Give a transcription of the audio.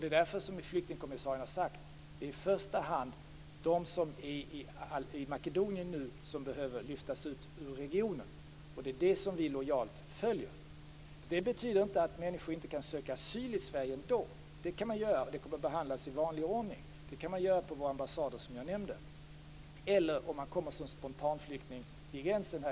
Det är därför som flyktingkommissarien har sagt att det i första hand är de som nu är i Makedonien som behöver lyftas ut ur regionen. Det är det som vi lojalt följer. Det betyder inte att människor inte kan söka asyl i Sverige ändå. Det kan man göra, och det kommer att behandlas i vanlig ordning. Det kan man göra på våra ambassader, som jag nämnde. Man kan också söka asyl om man kommer som spontanflykting till gränsen.